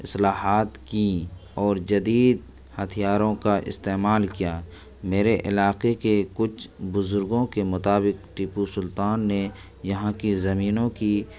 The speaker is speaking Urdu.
اصلاحات کیں اور جدید ہتھیاروں کا استعمال کیا میرے علاقے کے کچھ بزرگوں کے مطابق ٹیپو سلطان نے یہاں کی زمینوں کی